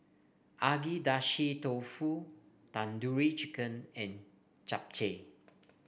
Agedashi Dofu Tandoori Chicken and Japchae